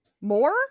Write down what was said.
more